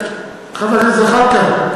חבר הכנסת זחאלקה,